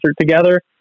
together